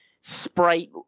Sprite